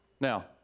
Now